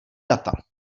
data